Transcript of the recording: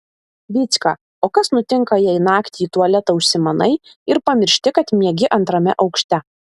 vycka o kas nutinka jei naktį į tualetą užsimanai ir pamiršti kad miegi antrame aukšte